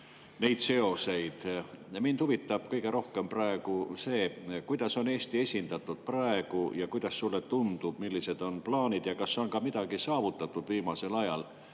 neid seoseid. Mind huvitab kõige rohkem see, kuidas on praegu Eesti esindatud, ja kuidas sulle tundub, millised on plaanid ja kas on midagi saavutatud viimasel ajal